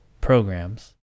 programs